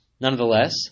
nonetheless